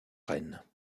reine